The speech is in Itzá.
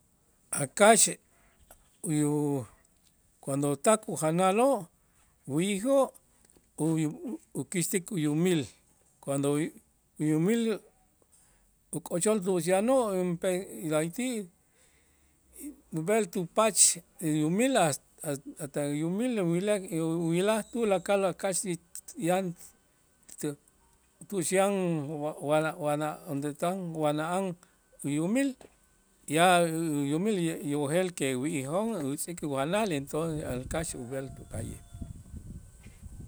A' kax uyo cuando tak ujanaloo' wi'ijoo' uyu ukitzik uyumil cuando uyumil uk'ochol tu'ux yanoo' la'ayti' b'el tupach uyumil has- has- hasta uyumil uwila' uwila' tulakal a' kax yan tu'ux yan wa la wana donde estan wana'an uyumil ya uyumil uyojel que wi'ijoo' utz'ik ujanal entonces a' kax ub'el tuka'ye'.